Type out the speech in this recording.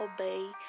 Obey